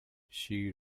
she